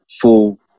full